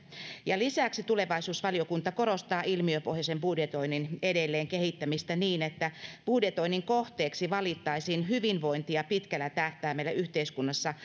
ja lisäksi tulevaisuusvaliokunta korostaa ilmiöpohjaisen budjetoinnin edelleenkehittämistä niin että budjetoinnin kohteeksi valittaisiin hyvinvointia pitkällä tähtäimellä yhteiskunnassa